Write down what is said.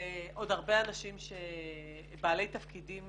ועוד הרבה אנשים בעלי תפקידים